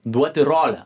duoti rolę